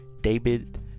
david